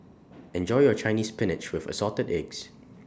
Enjoy your Chinese Spinach with Assorted Eggs